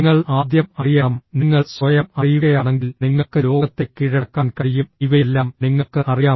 നിങ്ങൾ ആദ്യം അറിയണം നിങ്ങൾ സ്വയം അറിയുകയാണെങ്കിൽ നിങ്ങൾക്ക് ലോകത്തെ കീഴടക്കാൻ കഴിയും ഇവയെല്ലാം നിങ്ങൾക്ക് അറിയാം